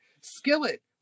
skillet